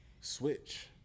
switch